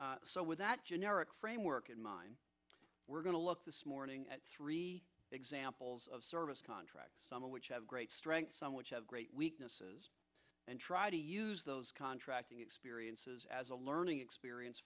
service so with that generic framework in mind we're going to look this morning at three examples of service contracts some of which have great strengths some which have great weaknesses and try to use those contracting experiences as a learning experience